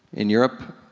in europe,